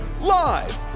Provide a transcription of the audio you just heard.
Live